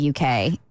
UK